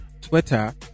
twitter